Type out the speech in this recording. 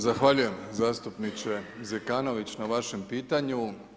Zahvaljujem zastupniče Zekanović na vašem pitanju.